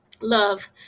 love